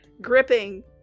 gripping